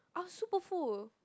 I was super full